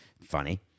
Funny